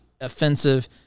offensive